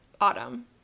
autumn